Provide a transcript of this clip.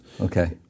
Okay